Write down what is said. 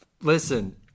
Listen